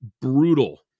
Brutal